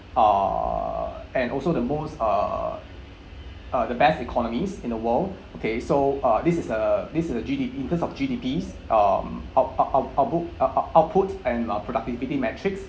err and also the most uh uh the best economies in the world okay so uh this is a this is a G_D_P in terms of G_D_P um ou~ ou~ ou~ ou~put uh ou~ outputs and uh productivity metrics